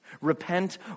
Repent